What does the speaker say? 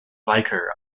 vicar